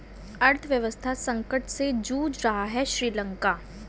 अर्थव्यवस्था संकट से जूझ रहा हैं श्रीलंका